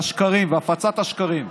השקרים והפצת השקרים.